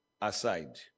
aside